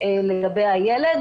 לגבי הילד.